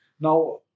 Now